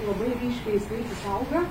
labai ryškiai skaičius auga